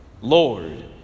Lord